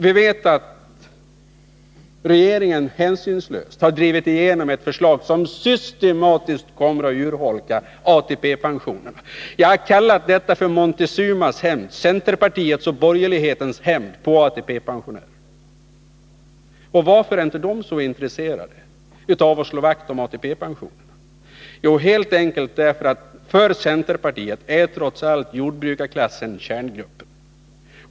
Vi vet att regeringen hänsynslöst drivit igenom ett förslag som systematiskt kommer att urholka ATP-pensionerna. Jag har kallat detta för Montezumas hämnd, centerpartiets och borgerlighetens hämnd, på ATP pensionärerna. Varför är man inte så intresserad av att slå vakt om ATP-pensionerna? Jo, för centerpartiet är jordbrukarklassen trots allt kärngruppen.